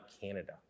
Canada